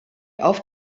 auf